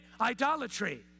idolatry